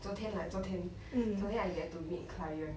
昨天 like 昨天昨天 I get to meet client